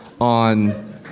on